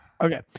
Okay